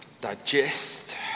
digest